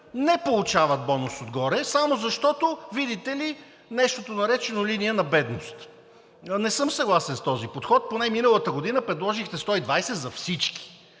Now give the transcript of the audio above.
не получават бонус отгоре, само защото, видите ли, нещото, наречено линия на бедност... Не съм съгласен с този подход. Поне миналата година предложихте 120 за всички,